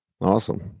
awesome